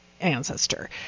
ancestor